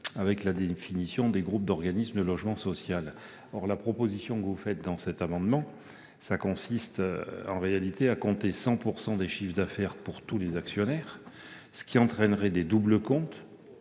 avec la définition des groupes d'organismes de logement social. Monsieur le sénateur, votre proposition consiste en réalité à compter 100 % des chiffres d'affaires pour tous les actionnaires, ce qui entraînerait des doubles comptes